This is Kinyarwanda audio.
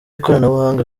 ikoranabuhanga